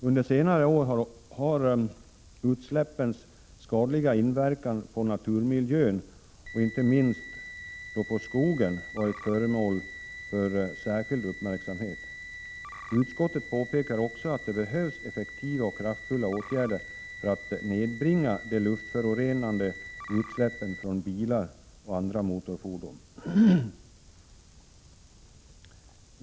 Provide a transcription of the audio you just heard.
Under senare år har utsläppens skadliga inverkan på naturmiljön, och inte minst då på skogen, varit föremål för särskild uppmärksamhet. Utskottet påpekar också att det behövs effektiva och kraftfulla åtgärder för att nedbringa de luftförorenande utsläppen från bilar och andra motorfordon.